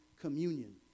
communion